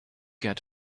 get